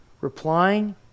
replying